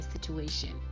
situation